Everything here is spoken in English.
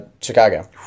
Chicago